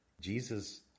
Jesus